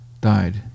died